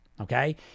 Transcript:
Okay